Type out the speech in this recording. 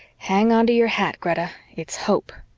hang onto your hat, greta. it's hope.